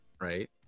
right